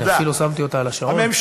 אפילו שמתי אותה על השעון.